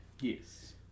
Yes